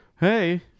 hey